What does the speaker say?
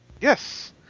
Yes